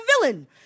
villain